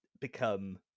become